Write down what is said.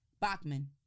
Bachman